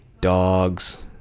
dogs